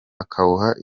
akawuha